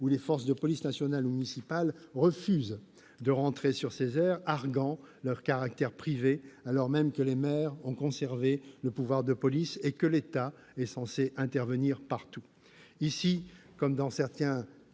que les forces de police nationale ou municipale refusent de rentrer sur les aires d'accueil, arguant de leur caractère privé, alors même que les maires ont conservé le pouvoir de police et que l'État est censé intervenir partout. Ici, comme dans certains